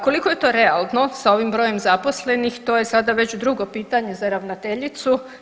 Koliko je to realno sa ovim brojem zaposlenih, to je sada već drugo pitanje za ravnateljicu.